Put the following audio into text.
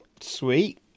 Sweet